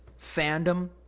fandom